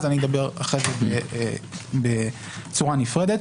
על זה אדבר אחר כך בצורה נפרדת.